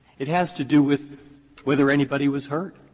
it has to do with whether anybody was hurt.